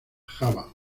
java